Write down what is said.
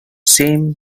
same